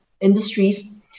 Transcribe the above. industries